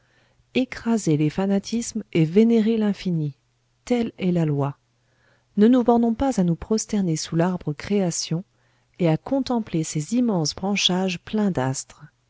écraser les fanatismes et vénérer l'infini telle est la loi ne nous bornons pas à nous prosterner sous l'arbre création et à contempler ses immenses branchages pleins d'astres